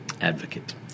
Advocate